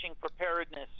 preparedness